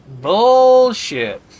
Bullshit